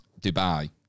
Dubai